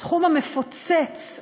הסכום המפוצץ,